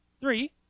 Three